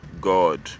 God